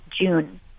June